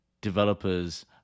developers